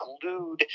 glued